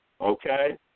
okay